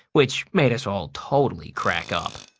which made us all totally crack up.